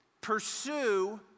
pursue